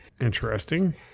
Interesting